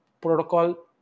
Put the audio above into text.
protocol